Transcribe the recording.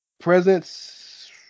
Presence